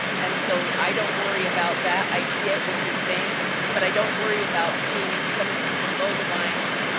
and so i don't worry about that. i get what you're saying but i don't worry about seeing some of these below the lines